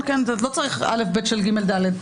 לא צריך א'-ב' של ג'-ד'.